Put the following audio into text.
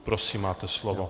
Prosím, máte slovo.